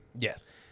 Yes